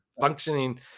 functioning